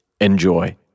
Enjoy